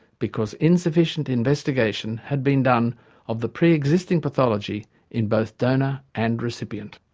because insufficient investigation had been done of the pre-existing pathology in both donor and recipient.